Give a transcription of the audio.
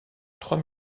trois